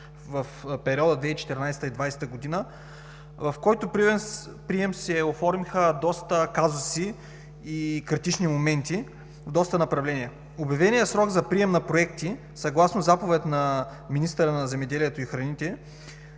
в периода 2014 – 2020 г., в който прием се оформиха доста казуси и критични моменти в доста направления. Обявеният срок за прием на проекти, съгласно Заповед на министъра на земеделието и храните